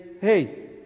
Hey